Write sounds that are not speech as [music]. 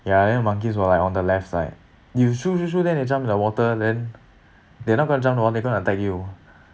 ya then the monkeys were like on the left side you shoo shoo shoo then they jump in the water then [breath] they're not gonna jump in the water they're gonna attack you [breath]